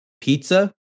pizza